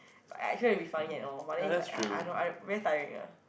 I try to be funny and all but then it's like I I I very tiring ah